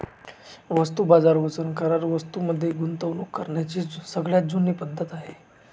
वस्तू बाजार वचन करार वस्तूं मध्ये गुंतवणूक करण्याची सगळ्यात जुनी पद्धत आहे